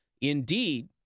Indeed